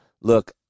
Look